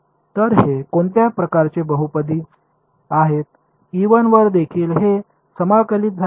तर हे कोणत्या प्रकारचे बहुपदी आहे वरदेखील हे समाकलित झाले आहे